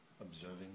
observing